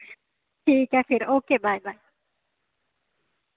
ठीक ऐ फिर ओके बाय बाय